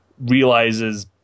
realizes